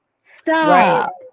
Stop